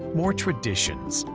more traditions,